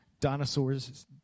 dinosaurs